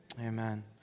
Amen